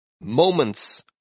Moments